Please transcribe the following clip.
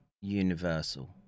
universal